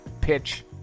pitch